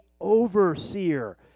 overseer